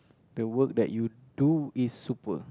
the work that you do is super